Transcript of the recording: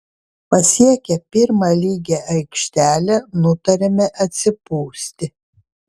pasiekę pirmą lygią aikštelę nutarėme atsipūsti